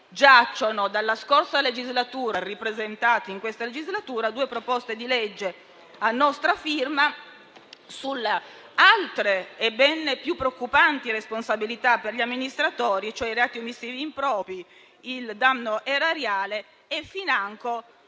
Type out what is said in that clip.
giacciono dalla scorsa legislatura, ripresentati in questa, due proposte di legge a nostra firma sulle altre e ben più preoccupanti responsabilità per gli amministratori, cioè i reati omissivi impropri, il danno erariale e financo